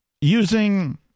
using